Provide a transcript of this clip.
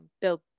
build